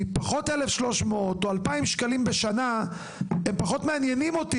כי פחות 1,300 או 2,000 שקלים בשנה הם פחות מעניינים אותי